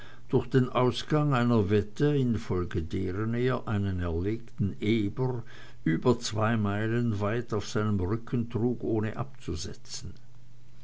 durch den ausgang einer wette infolge deren er einen erlegten eber über zwei meilen weit auf seinem rücken trug ohne abzusetzen